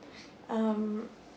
um